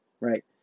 right